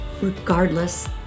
regardless